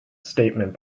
statement